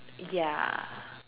ya